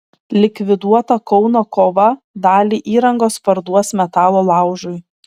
likviduota kauno kova dalį įrangos parduos metalo laužui